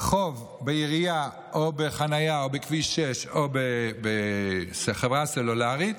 חוב בעירייה או בחניה או בכביש 6 או בחברה סלולרית,